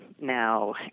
now